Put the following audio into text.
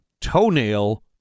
toenail